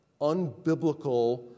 unbiblical